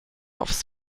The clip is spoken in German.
aufs